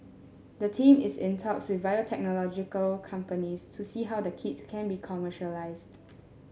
the team is in talks with biotechnological companies to see how the kits can be commercialised